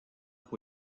pour